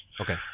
Okay